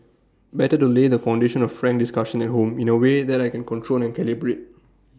better to lay the foundation of frank discussion at home in A way that I can control and calibrate